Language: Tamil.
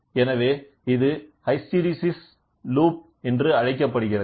எனவே இது ஹிஸ்டெரெஸிஸ் லூப் என்று அழைக்கப்படுகிறது